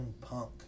Punk